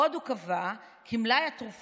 עוד הוא קבע כי "מלאי התרופות,